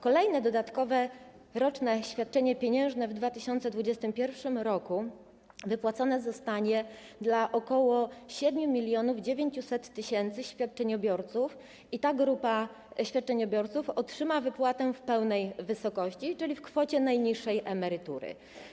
Kolejne dodatkowe roczne świadczenie pieniężne w 2021 r. wypłacone zostanie ok. 7900 tys. świadczeniobiorców i ta grupa świadczeniobiorców otrzyma wypłatę w pełnej wysokości, czyli w kwocie najniższej emerytury.